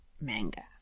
manga